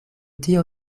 tio